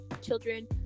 children